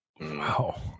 Wow